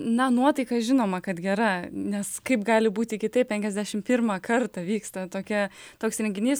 na nuotaika žinoma kad gera nes kaip gali būti kitaip penkiasdešim pirmą kartą vyksta tokia toks renginys